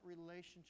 relationship